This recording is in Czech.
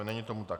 Není tomu tak.